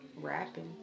rapping